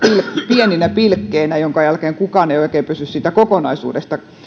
pieninä pilkkeinä minkä jälkeen kukaan ei oikein pysty tietämään siitä kokonaisuudesta